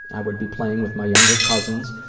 i would be playing with my younger cousins,